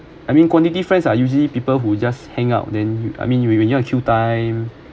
I mean quantity friends are usually people who just hang out then I mean you when when you want to kill time